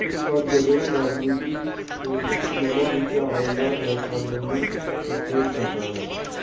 ਇੱਕ ਵਾਰ ਜਦੋਂ ਰਾਜਨੀਤੀ 'ਤੇ ਇੱਕ ਨਵਾਂ ਵਿਸ਼ਾ ਆਉਂਦਾ ਹੈ ਤਾਂ ਮੈਨੂੰ ਸੁਚੇਤ ਕਰਦਾ ਹੈ